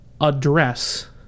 address